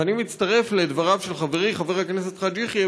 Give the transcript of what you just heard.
ואני מצטרף לדבריו של חברי חבר הכנסת חאג' יחיא